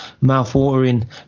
mouth-watering